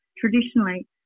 traditionally